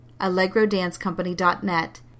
allegrodancecompany.net